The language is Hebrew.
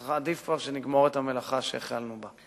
אז עדיף כבר שנגמור את המלאכה שהתחלנו בה.